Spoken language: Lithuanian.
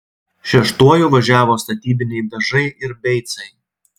šeštuoju važiavo statybiniai dažai ir beicai